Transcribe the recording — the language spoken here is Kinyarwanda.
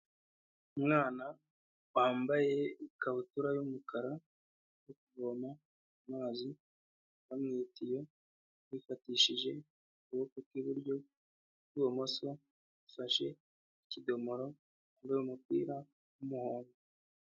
Umwana wambaye ikabutura y'umukara uri kuvoma mazi bamwitaye yafatishije ukuboko kw'iburyo ukw'ibumoso gufashe ikidomoro umupira w'umuhondo.